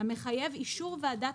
המחייב אישור ועדת